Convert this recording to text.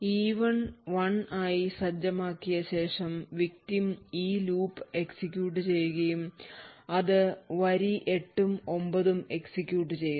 e1 1 ആയി സജ്ജമാക്കിയ ചെയ്യുകയും ശേഷം victim ഈ ലൂപ്പ് execute ചെയ്യുകയും അത് വരി 8 ഉം 9 ഉം execute ചെയ്യുന്നു